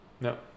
No